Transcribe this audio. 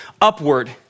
upward